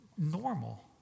Normal